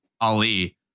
Ali